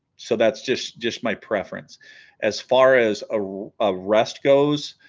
so that's just just my preference as far as a ah rest goes